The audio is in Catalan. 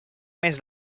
més